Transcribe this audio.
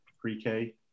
pre-K